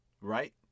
right